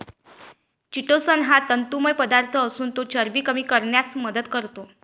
chitosan हा तंतुमय पदार्थ असून तो चरबी कमी करण्यास मदत करतो